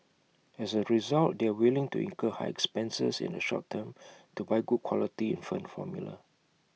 as A result they are willing to incur high expenses in the short term to buy good quality infant formula